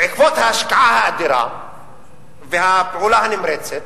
בעקבות ההשקעה האדירה והפעולה הנמרצת,